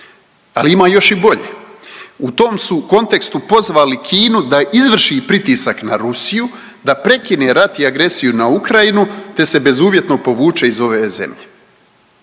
Ali ima još i bolje „U tom su kontekstu pozvali Kinu da izvrši pritisak na Rusiju da prekine rat i agresiju na Ukrajinu te se bezuvjetno povuče iz ove zemlje.“.